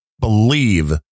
believe